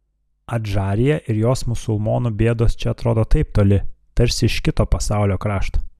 adžarija ir jos musulmonų bėdos čia atrodo taip toli tarsi iš kito pasaulio krašto